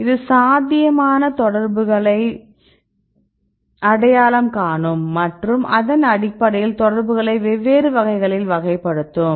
இது சாத்தியமான தொடர்புகளை அடையாளம் காணும் மற்றும் அதன் அடிப்படையில் தொடர்புகளை வெவ்வேறு வகைகளில் வகைப்படுத்தும்